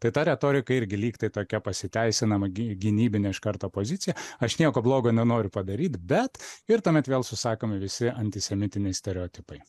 tai ta retorika irgi lyg tai tokia pasiteisinama gy gynybinė iš karto pozicija aš nieko blogo nenoriu padaryt bet ir tuomet vėl susakomi visi antisemitiniai stereotipai